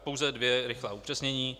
Pouze dvě rychlá upřesnění.